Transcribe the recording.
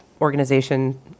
organization